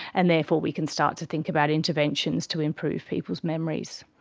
and therefore we can start to think about interventions to improve people's memories.